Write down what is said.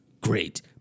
great